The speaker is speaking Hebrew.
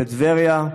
בטבריה,